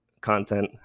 content